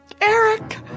Eric